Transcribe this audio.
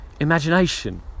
imagination